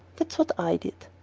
that's what i did.